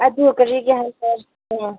ꯑꯗꯨ ꯀꯔꯤꯒꯤ ꯍꯟꯊꯔꯛꯄꯅꯣ